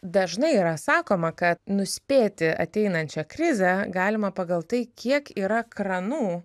dažnai yra sakoma kad nuspėti ateinančią krizę galima pagal tai kiek yra kranų